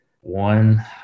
one